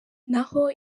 naho